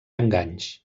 enganys